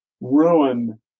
ruin